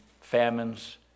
famines